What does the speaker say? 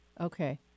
Okay